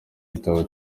igitabo